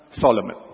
Solomon